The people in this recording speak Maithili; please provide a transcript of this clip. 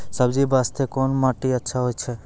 सब्जी बास्ते कोन माटी अचछा छै?